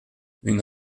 une